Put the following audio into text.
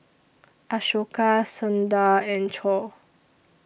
Ashoka Sundar and Choor